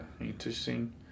interesting